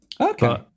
Okay